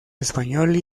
español